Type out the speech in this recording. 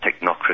technocracy